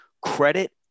credit